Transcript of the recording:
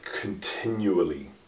continually